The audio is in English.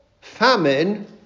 famine